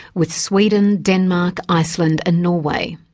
with sweden, denmark, iceland and norway.